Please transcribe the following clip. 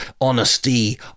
honesty